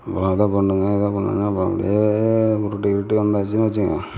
அதை பண்ணுங்க இதை பண்ணுங்க அப்புறம் அப்படியே உருட்டிகிருட்டி வந்தாச்சின்னு வச்சிங்க